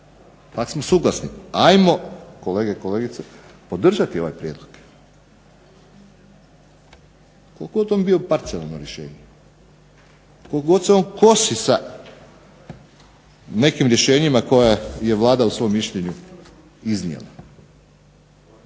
ako smo suglasni ajmo kolege i kolegice podržati ovaj prijedlog. Koliko god on bio parcijalno rješenje, koliko god se on kosi sa nekim rješenjima koja je Vlada u svom mišljenju iznijela